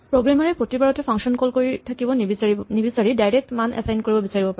programmer এ প্ৰতিবাৰতে function call কৰি থাকিব নিবিচাৰি ডাইৰেক্ট মান এচাইন কৰিব বিচাৰিব পাৰে